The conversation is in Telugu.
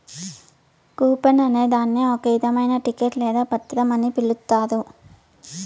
కూపన్ అనే దాన్ని ఒక ఇధమైన టికెట్ లేదా పత్రం అని పిలుత్తారు